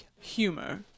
humor